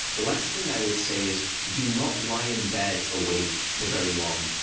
the last thing i would say is do not lie in bed awake for very long.